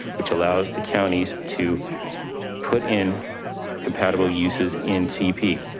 which allows the counties to put in compatible uses in tp.